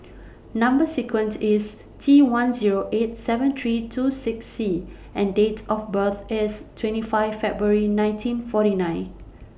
Number sequent IS T one Zero eight seven three two six C and Date of birth IS twenty five February nineteen forty nine